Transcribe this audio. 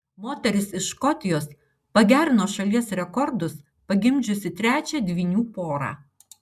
moteris iš škotijos pagerino šalies rekordus pagimdžiusi trečią dvynių porą